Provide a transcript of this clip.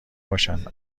باشند